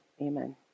amen